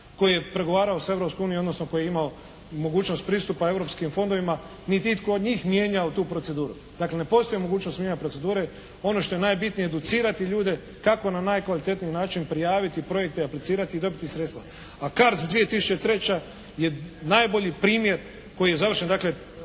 koji je pregovarao sa Europskom unijom odnosno tko je imao mogućnost pristupa europskim fondovima niti je itko od njih mijenjao tu proceduru. Dakle ne postoji mogućnost mijenjanja procedure. Ono što je najbitnije educirati ljude kako na najkvalitetniji način prijaviti projekte, aplicirati i dobiti sredstva. A «CARDS 2003.» je najbolji primjer koji je završen dakle